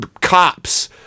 cops